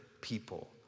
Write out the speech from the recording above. people